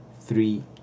three